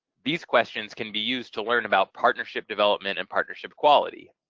these questions can be used to learn about partnership development and partnership quality.